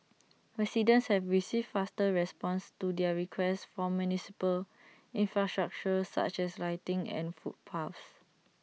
residents have received faster responses to their requests for municipal infrastructure such as lighting and footpaths